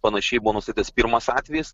panašiai buvo nustatytas pirmas atvejis